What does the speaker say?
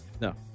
No